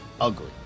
Ugly